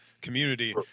community